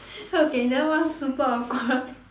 okay that was super awkward